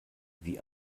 wie